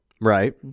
Right